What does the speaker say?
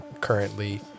currently